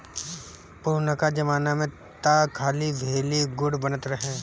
पुरनका जमाना में तअ खाली भेली, गुड़ बनत रहे